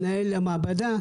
מנהל המעבדה,